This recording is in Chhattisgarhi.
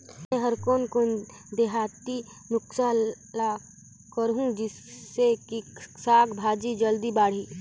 मै हर कोन कोन देहाती नुस्खा ल करहूं? जिसे कि साक भाजी जल्दी बाड़ही?